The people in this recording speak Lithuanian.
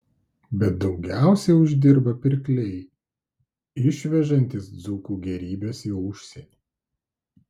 bet daugiausiai uždirba pirkliai išvežantys dzūkų gėrybes į užsienį